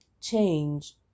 change